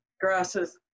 grasses